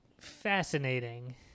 fascinating